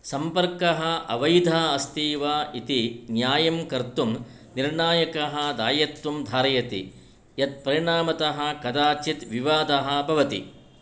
सम्पर्कः अवैधः अस्ति वा इति न्यायं कर्तुं निर्णायकः दायत्वं धारयति यत्परिणामतः कदाचित् विवादः भवति